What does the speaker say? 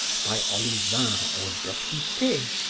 by olivain or dosithee,